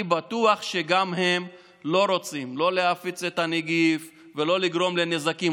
אני בטוח שגם הם לא רוצים להפיץ את הנגיף ולגרום לנזקים,